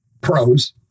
Pros